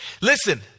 Listen